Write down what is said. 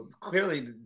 Clearly